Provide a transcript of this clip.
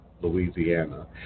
Louisiana